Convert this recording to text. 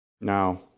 Now